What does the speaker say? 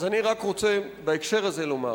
אז אני רק רוצה בהקשר הזה לומר: